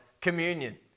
communion